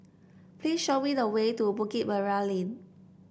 please show me the way to Bukit Merah Lane